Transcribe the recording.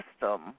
system